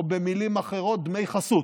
או במילים אחרות דמי חסות,